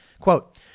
Quote